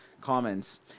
comments